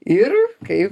ir kaip